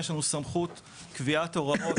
יש לנו סמכות של קביעת הוראות,